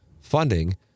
funding